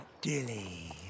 dilly